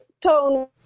tone